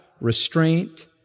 restraint